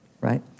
right